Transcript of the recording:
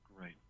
Right